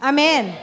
Amen